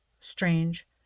strange